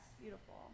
Beautiful